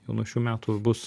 jau nuo šių metų bus